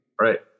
Right